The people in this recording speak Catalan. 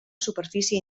superfície